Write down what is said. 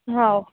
हो